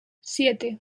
siete